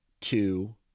two